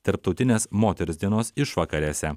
tarptautinės moters dienos išvakarėse